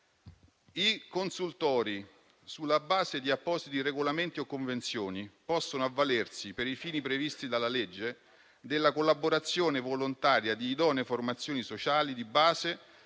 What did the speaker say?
«I consultori sulla base di appositi regolamenti o convenzioni possono avvalersi, per i fini previsti dalla legge, della collaborazione volontaria di idonee formazioni sociali di base